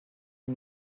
sie